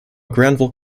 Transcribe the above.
granville